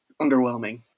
underwhelming